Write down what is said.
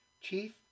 Chief